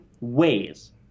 ways